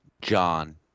John